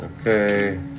Okay